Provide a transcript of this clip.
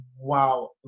wow